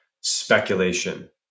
speculation